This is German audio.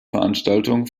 veranstaltung